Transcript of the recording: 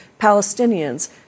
Palestinians